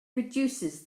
reduces